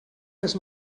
les